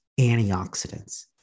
antioxidants